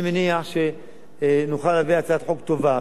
אני מניח שנוכל להביא הצעת חוק טובה.